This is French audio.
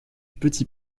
petit